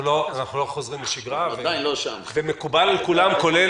אנחנו לא חוזרים לשגרה ומקובל על כולם,